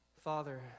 Father